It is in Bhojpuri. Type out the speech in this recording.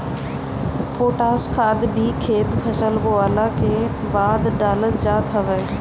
पोटाश खाद भी खेत में फसल बोअला के बाद डालल जात हवे